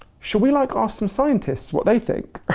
should we like ask some scientists what they think?